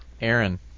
Aaron